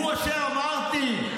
הוא אשר אמרתי,